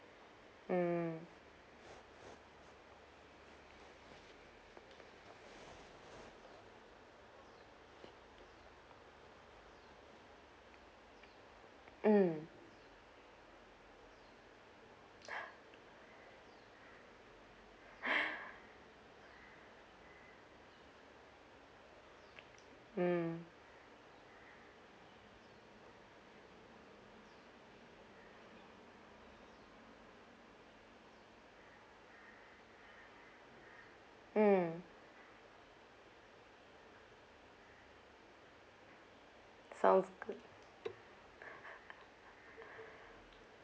mm mm mm mm sounds good